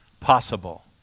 possible